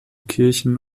kirchen